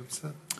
אז בסדר.